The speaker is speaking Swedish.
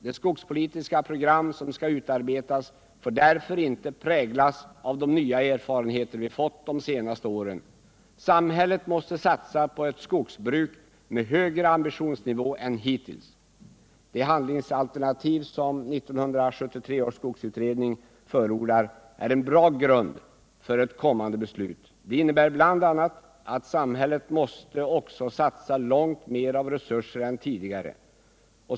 Det skogspolitiska program som skall utarbetas får därför inte präglas av de nya erfarenheter vi fått de senaste åren. Samhället måste satsa på ett skogsbruk med högre ambitionsnivå än hittills. Det handlingsalternativ som 1973 års skogsutredning förordar är en bra grund för ett kommande beslut. Det innebär bl.a. att samhället också måste satsa långt mer av resurser än tidigare.